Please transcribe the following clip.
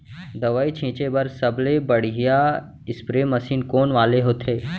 दवई छिंचे बर सबले बढ़िया स्प्रे मशीन कोन वाले होथे?